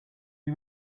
you